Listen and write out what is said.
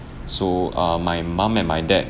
so uh my mom and my dad